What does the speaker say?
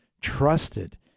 trusted